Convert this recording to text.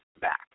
back